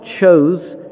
chose